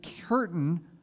curtain